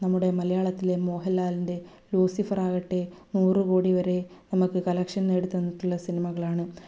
നമ്മുടെ മലയാളത്തിലെ മോഹലാലിൻ്റെ ലൂസിഫറാകട്ടെ നൂറ് കോടി വരെ നമ്മൾക്ക് കളക്ഷൻ നേടിത്തന്നിട്ടുള്ള സിനിമകളാണ്